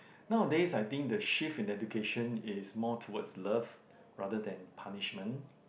nowadays I think the shift in education is more towards love rather than punishment